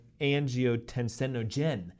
angiotensinogen